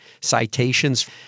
citations